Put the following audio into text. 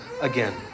again